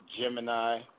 Gemini